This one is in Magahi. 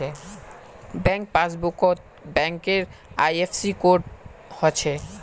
बैंक पासबुकत बैंकेर आई.एफ.एस.सी कोड हछे